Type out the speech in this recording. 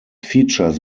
features